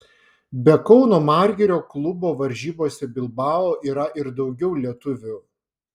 be kauno margirio klubo varžybose bilbao yra ir daugiau lietuvių